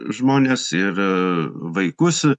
žmones ir vaikus